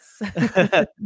Yes